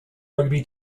rugby